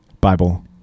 Bible